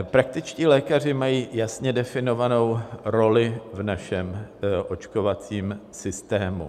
Praktičtí lékaři mají jasně definovanou roli v našem očkovacím systému.